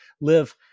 live